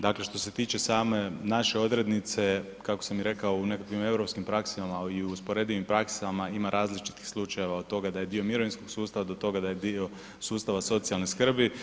Dakle, što se tiče same naše odrednice kako sam rekao u nekakvim europskim praksama i u usporedivim praksama ima različitih slučajeva od toga da je dio mirovinskog sustava, do toga da je dio sustava socijalne skrbi.